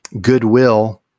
Goodwill